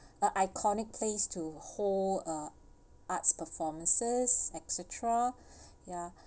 the iconic place to hold uh arts performances etcetera ya